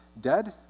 dead